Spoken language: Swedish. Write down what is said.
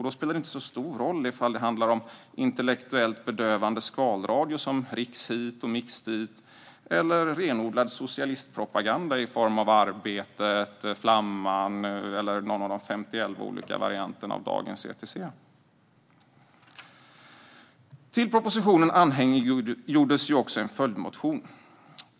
Då spelar det inte så stor roll om det handlar om intellektuellt bedövande skvalradio, som Rix hit och Mix dit, eller renodlad socialistpropaganda i form av Arbetet, Flamman eller någon av de femtioelva olika varianterna av Dagens ETC. Till propositionen anhängiggjordes ju också en följdmotion.